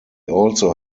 also